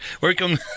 Welcome